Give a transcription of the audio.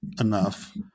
enough